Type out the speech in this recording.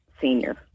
senior